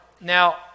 Now